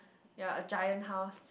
yea a giant house